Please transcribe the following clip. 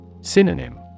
Synonym